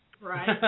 Right